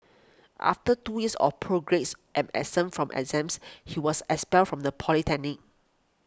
after two years of poor grades and absence from exams he was expelled from the polytechnic